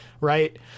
Right